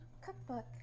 cookbook